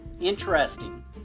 Interesting